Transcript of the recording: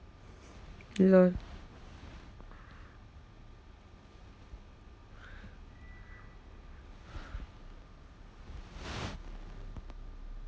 hello